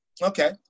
Okay